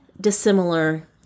dissimilar